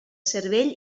cervell